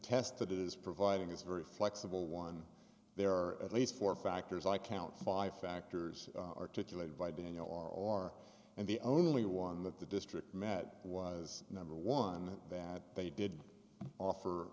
that is providing is a very flexible one there are at least four factors i count five factors articulated by daniele are all are and the only one that the district met was number one that they did offer